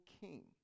king